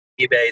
eBay